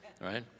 right